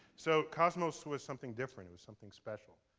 so, cosmos was something different, it was something special.